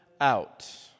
out